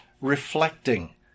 reflecting